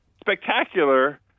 spectacular